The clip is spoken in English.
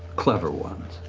clever ones.